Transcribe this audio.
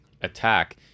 attack